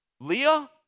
Leah